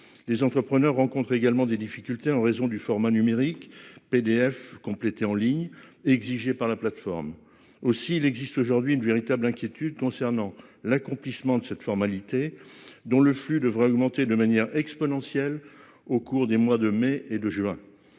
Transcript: Les entrepreneurs rencontrent également des difficultés en raison du format numérique PDF compléter en ligne exigé par la plateforme aussi il existe aujourd'hui une véritable inquiétude concernant l'accomplissement de cette formalité dont le flux devrait augmenter de manière exponentielle. Au cours des mois de mai et de juin.